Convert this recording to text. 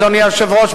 אדוני היושב-ראש,